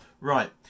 Right